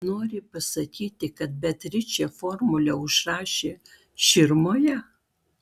nori pasakyti kad beatričė formulę užrašė širmoje